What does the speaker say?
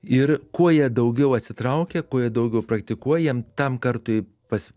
ir kuo jie daugiau atsitraukia kuo jie daugiau praktikuoja jiem tam kartui pas